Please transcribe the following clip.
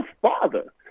father